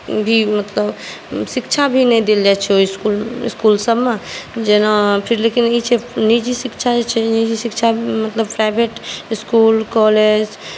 भी मतलब शिक्षा भी नहि देल जाइत छै ओहि इसकुलसभमे जेना फेर लेकिन ई छै निजी शिक्षा जे छै निजी शिक्षामे मतलब प्राइवेट इसकुल कॉलेज